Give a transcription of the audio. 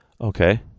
okay